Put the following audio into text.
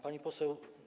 Pani Poseł!